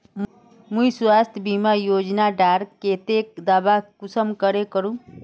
मुई स्वास्थ्य बीमा योजना डार केते दावा कुंसम करे करूम?